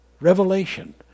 revelation